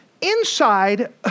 inside